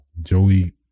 Joey